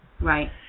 Right